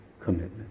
commitment